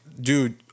dude